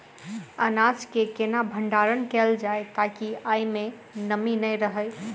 अनाज केँ केना भण्डारण कैल जाए ताकि ओई मै नमी नै रहै?